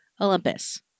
Olympus